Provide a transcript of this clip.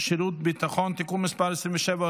שירות ביטחון (תיקון מס' 27,